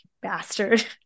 bastard